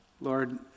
Lord